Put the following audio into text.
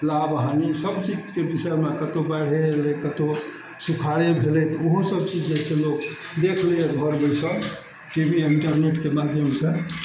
लाभ हानि सब चीजके विषयमे कतहु बाइढ़े आबि गेलय कतहु सुखारे भेलय तऽ ओहो सब चीज लोक देख लइए घर बैसल टी वी इन्टरनेटके माध्यमसँ